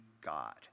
God